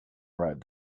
arrive